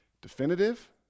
Definitive